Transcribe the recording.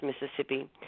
Mississippi